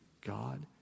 God